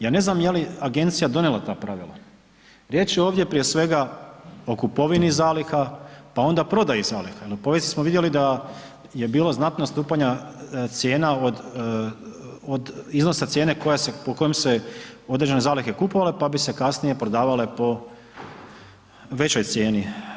Ja ne znam je li agencija donijela ta pravila, riječ je ovdje prije svega o kupovini zaliha, pa onda prodaji zaliha jer u povijesti smo vidjeli da je bilo znatno odstupanja cijena od iznosa cijene koja se, po kojom se određene zalihe kupovale pa bi se kasnije prodavale po većoj cijeni.